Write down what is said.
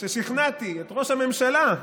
ששכנעתי את ראש הממשלה,